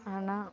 ஆனால்